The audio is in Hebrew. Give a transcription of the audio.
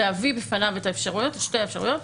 להביא בפניו את שתי האפשרויות,